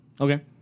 Okay